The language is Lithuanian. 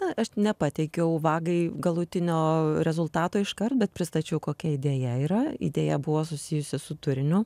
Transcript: na aš nepateikiau vagai galutinio rezultato iškart bet pristačiau kokia idėja yra idėja buvo susijusi su turiniu